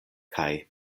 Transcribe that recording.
kaj